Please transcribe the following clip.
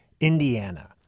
Indiana